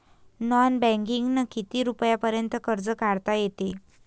Non बँकिंगनं किती रुपयापर्यंत कर्ज काढता येते?